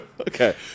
Okay